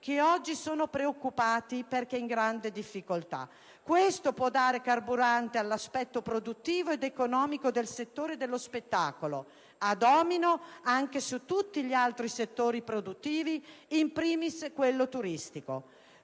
che oggi sono preoccupati perché in grande difficoltà; questo può dare carburante all'aspetto produttivo ed economico del settore dello spettacolo, a domino anche su tutti gli altri settori produttivi, *in primis* quello turistico.